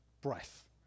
breath